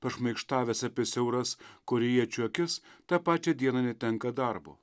pašmaikštavęs apie siauras korėjiečių akis tą pačią dieną netenka darbo